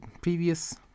previous